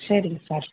சரிங்க சார்